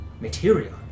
material